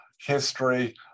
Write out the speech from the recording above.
history